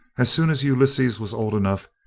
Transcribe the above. as soon as ulysses was old enough,